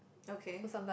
okay